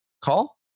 call